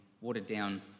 watered-down